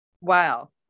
Wow